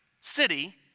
city